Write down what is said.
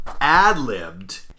ad-libbed